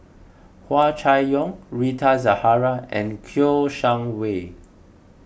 Hua Chai Yong Rita Zahara and Kouo Shang Wei